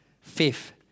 Fifth